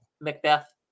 Macbeth